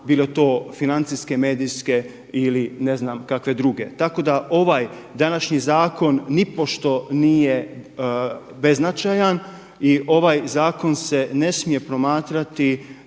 bilo to financijske, medijske ili ne znam kakve druge. Tako da ovaj današnji zakon nipošto nije beznačajan i ovaj zakon se ne smije promatrati